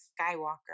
Skywalker